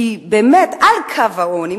כי על קו העוני,